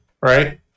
right